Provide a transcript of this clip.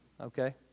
Okay